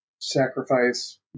sacrifice